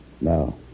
No